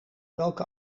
welke